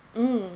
mm